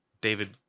David